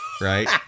Right